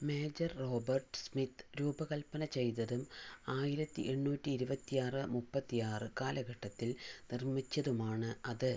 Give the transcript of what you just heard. major Robert Smith രൂപകല്പന ചെയ്തതും ആയിരത്തി എണ്ണൂറ്റി ഇരുപത്തിയാറ് മുപ്പത്തിയാറ് കാലഘട്ടത്തിൽ നിർമ്മിച്ചതുമാണ് അത്